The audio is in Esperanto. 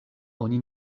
oni